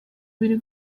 biri